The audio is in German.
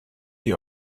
die